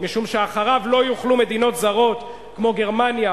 משום שאחריו לא יוכלו מדינות זרות כמו גרמניה,